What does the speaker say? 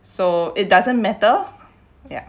so it doesn't matter yeah